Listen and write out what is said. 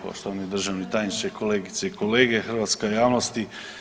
Poštovani državni tajniče, kolegice i kolege, hrvatska javnosti.